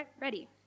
ready